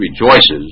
rejoices